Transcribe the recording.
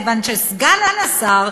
כיוון שסגן השר,